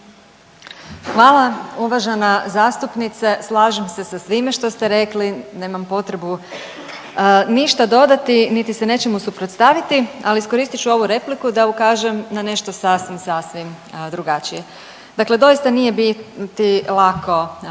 Hvala. Uvažena zastupnice slažem se sa svime što ste rekli. Nemam potrebu ništa dodati niti se nečemu suprotstaviti, ali iskoristit ću ovu repliku da ukažem na nešto sasvim, sasvim drugačije. Dakle, doista nije biti lako